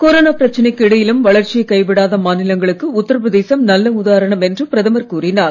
corona பிரச்சனைக்கு இடையிலும் வளர்ச்சியை கைவிடாத மாநிலங்களுக்கு உத்தரப்பிரதேசம் நல்ல உதாரணம் என்று பிரதமர் கூறினார்